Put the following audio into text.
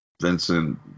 Vincent